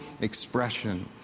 expression